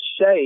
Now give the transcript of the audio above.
shape